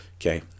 Okay